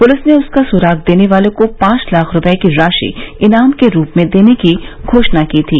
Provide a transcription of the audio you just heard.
police ने उसका सुराग देने वाले को पांच लाख रूपये की राशि इनाम के रूप में देने की घोषणा की थी